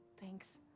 Thanks